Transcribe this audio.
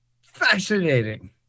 Fascinating